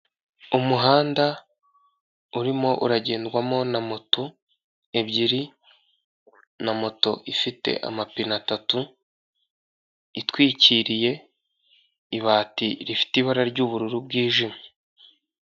Umuhanda urimo uragendwamo na moto ebyiri na moto ifite amapine atatu itwikiriye ibati rifite ibara ry'ubururu ryijimye.